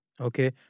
Okay